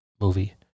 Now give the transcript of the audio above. movie